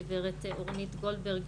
גברת אורנית גולדברג,